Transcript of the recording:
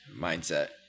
mindset